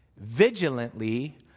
vigilantly